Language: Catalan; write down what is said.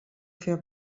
fer